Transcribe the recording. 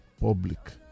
public